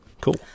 cool